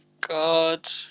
God